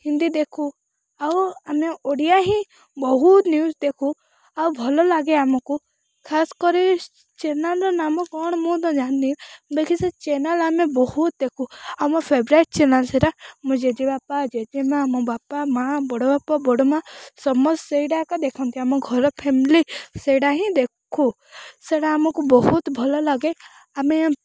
ହିନ୍ଦୀ ଦେଖୁ ଆଉ ଆମେ ଓଡ଼ିଆ ହିଁ ବହୁତ ନିୟୁଜ ଦେଖୁ ଆଉ ଭଲ ଲାଗେ ଆମକୁ ଖାସ କରି ଚେନେଲ ର ନାମ କ'ଣ ମୁଁ ତ ଜାଣନି ବାକି ସେ ଚେନେଲ ଆମେ ବହୁତ ଦେଖୁ ଆମ ଫେବ୍ରେଟ ଚେନେଲ ସେଇଟା ମୋ ଜେଜେ ବାପା ଜେଜେ ମାଁ ମୋ ବାପା ମାଁ ବଡ଼ ବାପା ବଡ଼ ମାଁ ସମସ୍ତେ ସେଇଟାଅକା ଦେଖନ୍ତି ଆମ ଘର ଫେମଲି ସେଇଟା ହିଁ ଦେଖୁ ସେଇଟା ଆମକୁ ବହୁତ ଭଲ ଲାଗେ ଆମେ